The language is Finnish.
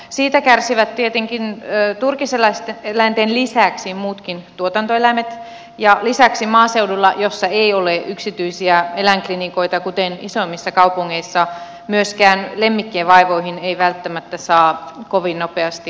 siitä kärsivät tietenkin turkiseläinten lisäksi muutkin tuotantoeläimet ja lisäksi maaseudulla missä ei ole yksityisiä eläinklinikoita kuten isommissa kaupungeissa myöskään lemmikkien vaivoihin ei välttämättä saa kovin nopeasti apua